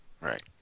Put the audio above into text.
Right